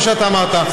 כמו שאתה אמרת.